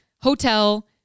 hotel